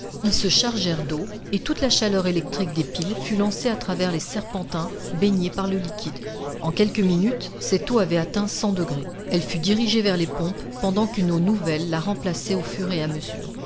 ils se chargèrent d'eau et toute la chaleur électrique des piles fut lancée à travers les serpentins baignés par le liquide en quelques minutes cette eau avait atteint cent degrés elle fut dirigée vers les pompes pendant qu'une eau nouvelle la remplaçait au fur et à mesure